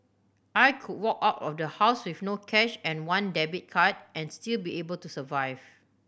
I could walk out of the house with no cash and one debit card and still be able to survive